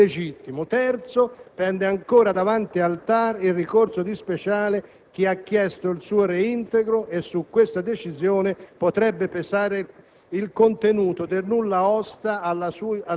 di abuso d'ufficio e minacce nei confronti del generale Speciale ed ha concluso l'istruttoria, richiedendo al GIP l'archiviazione del procedimento, definendo, però, l'agire di Visco